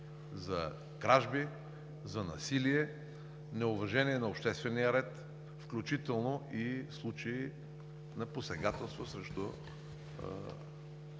за кражби, за насилие, неуважение на обществения ред, включително и случаи на посегателство срещу